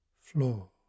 floor